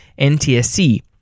NTSC